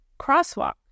crosswalk